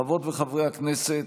חברות וחברי הכנסת,